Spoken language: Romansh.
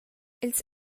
ils